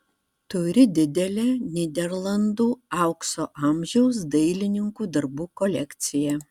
turi didelę nyderlandų aukso amžiaus dailininkų darbų kolekciją